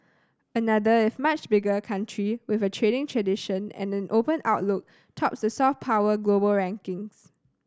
another if much bigger country with a trading tradition and an open outlook tops the soft power global rankings